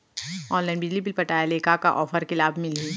Online बिजली bill पटाय ले का का ऑफ़र के लाभ मिलही?